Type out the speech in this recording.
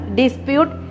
dispute